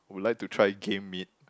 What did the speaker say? would like to try game meat